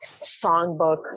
songbook